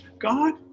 God